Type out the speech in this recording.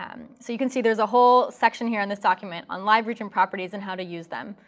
um so you can see, there's a whole section here in this document on live region properties and how to use them.